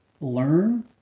learn